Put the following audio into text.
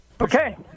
Okay